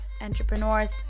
entrepreneurs